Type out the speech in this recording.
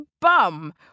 bum